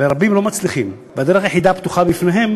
ורבים לא מצליחים, והדרך היחידה הפתוחה בפניהם